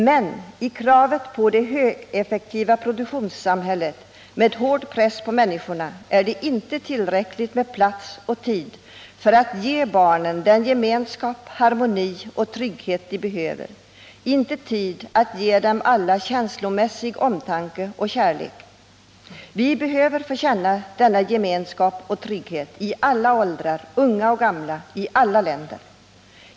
Men i kraven från det högeffektiva produktionssamhället med hård press på människorna är det inte tillräckligt med plats och tid för att ge barnen den gemenskap, harmoni och trygghet de behöver, inte tid att ge dem alla känslomässig omtanke och kärlek. Vi behöver få känna denna gemenskap och trygghet i alla åldrar, unga som gamla i alla länder.